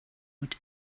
with